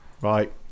Right